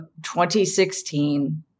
2016